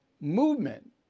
movement